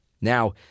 Now